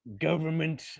government